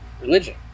religion